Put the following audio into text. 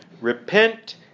Repent